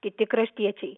kiti kraštiečiai